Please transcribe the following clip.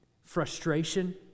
Frustration